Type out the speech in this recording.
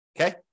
Okay